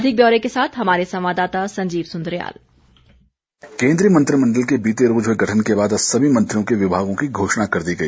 अधिक ब्यौरे के साथ हमारे संवाददाता संजीव सुंद्रियाल केन्द्रीय मंत्रिमण्डल के बीते रोज हुए गठन के बाद आज सभी मंत्रियों के विभागों की घोषणा कर दी गई